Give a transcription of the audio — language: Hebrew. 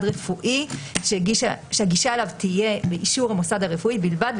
רפואי שהגישה אליו תהיה באישור המוסד הרפואי בלבד,